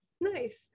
nice